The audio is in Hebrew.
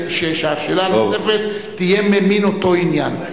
שהשאלה הנוספת תהיה ממין אותו עניין.